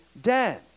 dead